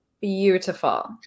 Beautiful